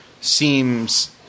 seems